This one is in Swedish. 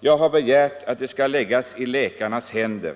Jag har begärt att denna fråga skall läggas i läkarnas händer